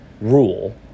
rule